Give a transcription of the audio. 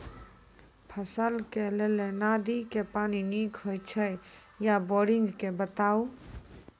फसलक लेल नदी के पानि नीक हे छै या बोरिंग के बताऊ?